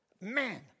Man